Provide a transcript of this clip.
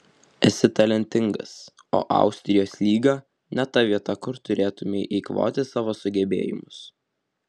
esi talentingas o austrijos lyga ne ta vieta kur turėtumei eikvoti savo sugebėjimus